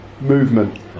movement